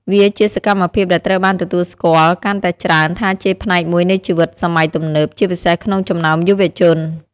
វាជាសកម្មភាពដែលត្រូវបានទទួលស្គាល់កាន់តែច្រើនថាជាផ្នែកមួយនៃជីវិតសម័យទំនើប ជាពិសេសក្នុងចំណោមយុវជន ។